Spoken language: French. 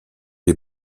des